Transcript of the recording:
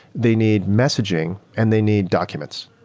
they need messaging and they need documents.